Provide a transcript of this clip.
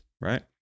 right